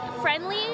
friendly